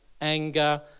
anger